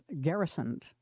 garrisoned